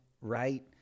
right